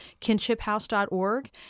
kinshiphouse.org